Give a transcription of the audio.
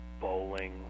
bowling